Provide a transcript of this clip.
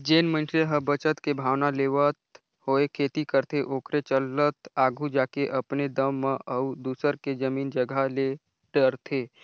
जेन मइनसे ह बचत के भावना लेवत होय खेती करथे ओखरे चलत आघु जाके अपने दम म अउ दूसर के जमीन जगहा ले डरथे